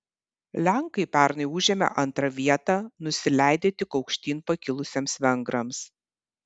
lenkai pernai užėmė antrą vietą nusileidę tik aukštyn pakilusiems vengrams